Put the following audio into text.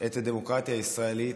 את הדמוקרטיה הישראלית,